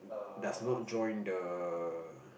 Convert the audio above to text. does not join the